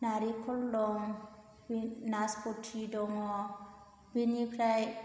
नारिखल दं नासपति दङ बिनिफ्राय